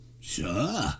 Sure